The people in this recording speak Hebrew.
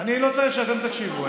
אני לא צריך שאתם תקשיבו.